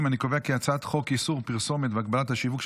ההצעה להעביר את הצעת חוק איסור פרסומת והגבלת השיווק של